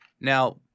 Now